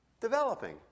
developing